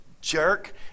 jerk